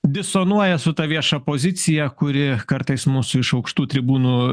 disonuoja su ta vieša pozicija kuri kartais mūsų iš aukštų tribūnų